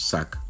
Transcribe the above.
Suck